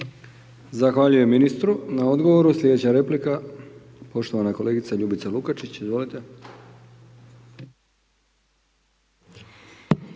Zahvaljujem ministru na odgovoru. Sljedeća replika poštovana kolegica Ljubica Lukačić, izvolite.